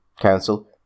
Council